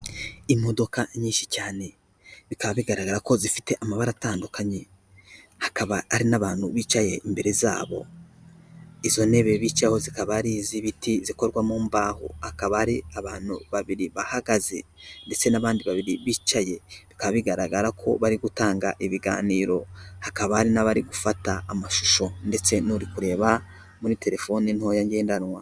Imodoka nyinshi cyane, bikaba bigaragara ko zifite amabara atandukanye. Hakaba hari n'abantu bicaye imbere zabo, izo ntebe bicayeho zikaba ari iz'ibiti zikorwa mu mbaho. Hakaba hari abantu babiri bahagaze ndetse n'abandi babiri bicaye, bikaba bigaragara ko bari gutanga ibiganiro. Hakaba hari n'abari gufata amashusho ndetse n'uri kureba muri telefoni ntoya ngendanwa.